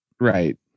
Right